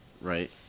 Right